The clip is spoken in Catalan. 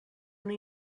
una